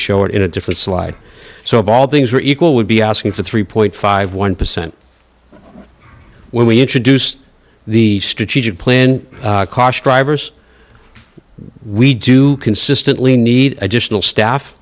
show it in a different slide so of all things are equal would be asking for three fifty one percent when we introduced the strategic plan cost drivers we do consistently need additional staff